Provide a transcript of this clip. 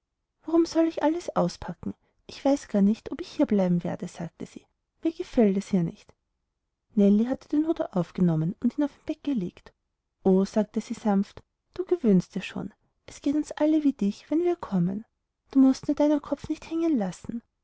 warum soll ich alles auspacken ich weiß gar nicht ob ich hier bleiben werde sagte sie mir gefällt es hier nicht nellie hatte den hut aufgenommen und ihn auf ein bett gelegt o sagte sie sanft du gewöhnst dir schon es geht uns alle wie dich wenn wir kommen du mußt nur deiner kopf nicht hängen lassen